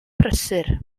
prysur